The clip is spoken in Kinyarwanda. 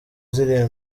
ziriya